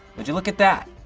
would you look at that?